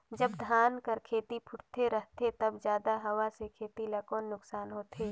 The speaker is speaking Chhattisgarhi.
जब धान कर खेती फुटथे रहथे तब जादा हवा से खेती ला कौन नुकसान होथे?